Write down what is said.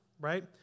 Right